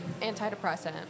antidepressant